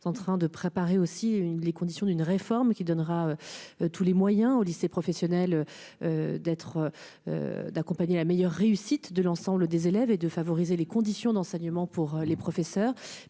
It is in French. en train de préparer aussi les conditions d'une réforme qui donnera tous les moyens au lycée professionnel d'être, d'accompagner la meilleure réussite de l'ensemble des élèves et de favoriser les conditions d'enseignement pour les professeurs,